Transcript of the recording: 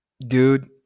dude